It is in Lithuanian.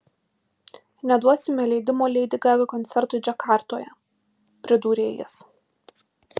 neduosime leidimo leidi gaga koncertui džakartoje pridūrė jis